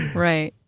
right.